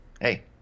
Hey